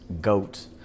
goat